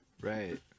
right